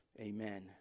amen